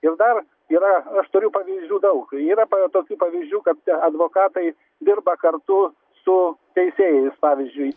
ir dar yra aš turiu pavyzdžių daug yra pa tokių pavyzdžių kad advokatai dirba kartu su teisėjais pavyzdžiui